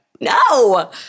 No